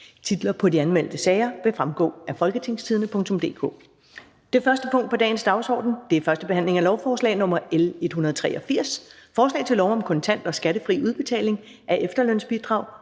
Titlerne på de anmeldte sager vil fremgå af www.folketingstidende.dk (jf. ovenfor). --- Det første punkt på dagsordenen er: 1) 1. behandling af lovforslag nr. L 183: Forslag til lov om kontant og skattefri udbetaling af efterlønsbidrag